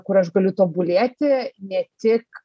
kur aš galiu tobulėti ne tik